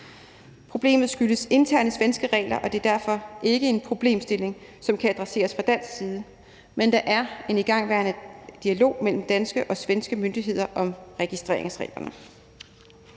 Problemet skyldes interne svenske regler, og det er derfor ikke en problemstilling, som kan adresseres fra dansk side; men der er en igangværende dialog mellem danske og svenske myndigheder om registreringsreglerne.